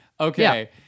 Okay